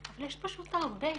יש פשוט הרבה,